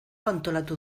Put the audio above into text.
antolatu